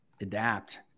Adapt